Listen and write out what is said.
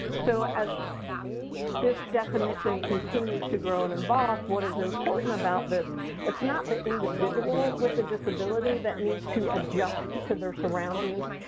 so as this definition continues to grow and evolve, what is important about this it's not the individual with the disability that needs to adjust to their surroundings.